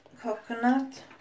coconut